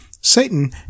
Satan